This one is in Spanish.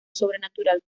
sobrenatural